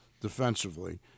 defensively